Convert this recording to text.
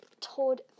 told